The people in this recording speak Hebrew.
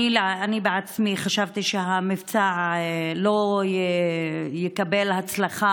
אני בעצמי חשבתי שלמבצע לא תהיה הצלחה